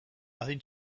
adin